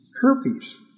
herpes